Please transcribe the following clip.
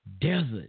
desert